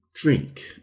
drink